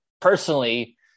Personally